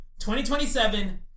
2027